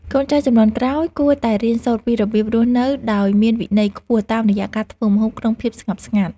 កូនចៅជំនាន់ក្រោយគួរតែរៀនសូត្រពីរបៀបរស់នៅដោយមានវិន័យខ្ពស់តាមរយៈការធ្វើម្ហូបក្នុងភាពស្ងប់ស្ងាត់។